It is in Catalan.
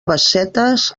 bassetes